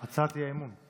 הצעת האי-אמון.